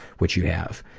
which you have.